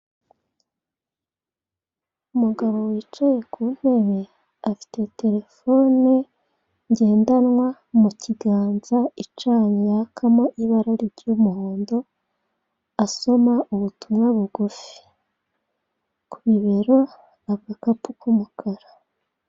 Umugabo wicaye ku ntebe, afite telefone ngendanwa mu kiganza icanye yakamo ibara ry'umuhondo, asoma ubutumwa bugufi. Ku bibero agakapu k'umukara.